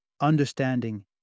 understanding